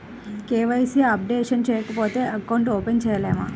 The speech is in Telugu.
కే.వై.సి అప్డేషన్ చేయకపోతే అకౌంట్ ఓపెన్ చేయలేమా?